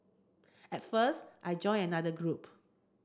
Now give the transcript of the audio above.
at first I joined another group